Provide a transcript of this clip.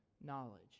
knowledge